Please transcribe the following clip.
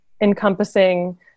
encompassing